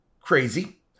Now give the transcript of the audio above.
crazy